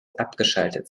abgeschaltet